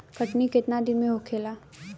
कटनी केतना दिन में होखेला?